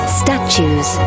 statues